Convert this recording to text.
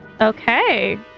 Okay